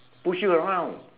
push you around